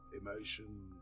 emotion